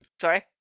Sorry